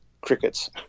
crickets